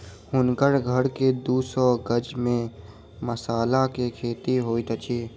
हुनकर घर के दू सौ गज में मसाला के खेती होइत अछि